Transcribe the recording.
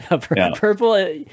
Purple